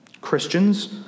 Christians